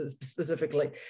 specifically